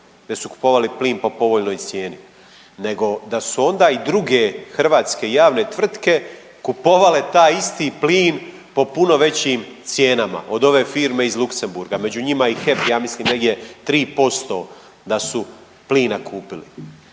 da su kupovali plin po povoljnoj cijeni, nego da su onda i druge hrvatske javne tvrtke kupovale taj isti plin po puno većim cijenama od ove firme iz Luxembourga. Među njima i HEP ja mislim negdje tri posto da su plina kupili.